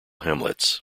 hamlets